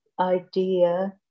idea